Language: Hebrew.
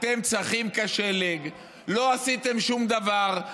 אתם צחים כשלג, לא עשיתם שום דבר.